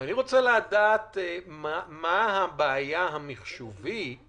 ואני רוצה לדעת מה הבעיה המחשובית